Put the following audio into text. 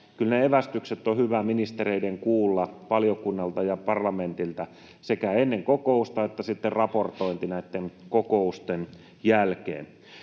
sekä ne evästykset valiokunnalta ja parlamentilta ennen kokousta että sitten raportointi näitten kokousten jälkeen.